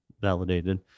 validated